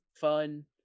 fun